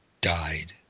died